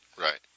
right